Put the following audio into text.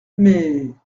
mais